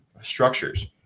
structures